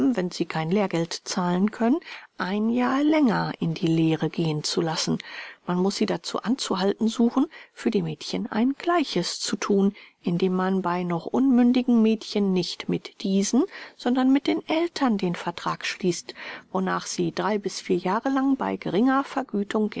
wenn sie kein lehrgeld zahlen können ein jahr länger in die lehre gehen zu lassen man muß sie dazu anzuhalten suchen für die mädchen ein gleiches zu thun indem man bei noch unmündigen mädchen nicht mit diesen sondern mit den eltern den vertrag schließt wornach sie drei bis vier jahre lang bei geringer vergütung